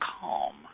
calm